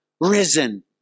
risen